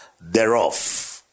thereof